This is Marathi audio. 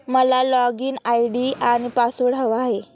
मला लॉगइन आय.डी आणि पासवर्ड हवा आहे